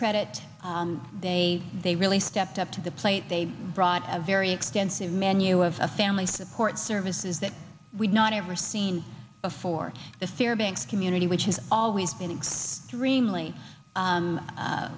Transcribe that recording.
credit they they really stepped up to the plate they brought a very extensive menu of a family support services that we've not ever seen before the sear banks community which has always been exe dreamily